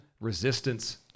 resistance